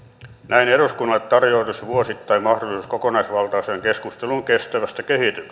näin eduskunnalle tarjoutuisi vuosittain mahdollisuus kokonaisvaltaiseen keskusteluun kestävästä kehityksestä